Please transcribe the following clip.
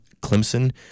Clemson